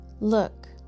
Look